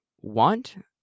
want